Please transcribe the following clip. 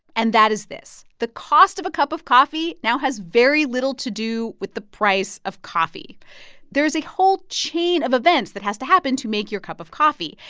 and that is this. the cost of a cup of coffee now has very little to do with the price of coffee there is a whole chain of events that has to happen to make your cup of coffee.